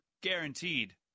Guaranteed